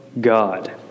God